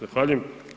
Zahvaljujem.